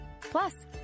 Plus